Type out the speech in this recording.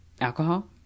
alcohol